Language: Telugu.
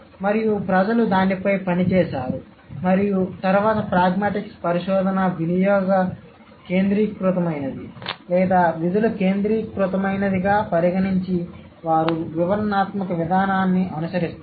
మరియు ప్రజలు దానిపై పని చేసారు మరియు తరువాత ప్రాగ్మాటిక్స్ పరిశోధన వినియోగ కేంద్రీకృతమైనది లేదా విధుల కేంద్రీకృతమైనదిగా పరిగణించి వారు వివరణాత్మక విధానాన్ని అనుసరిస్తారు